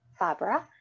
Fabra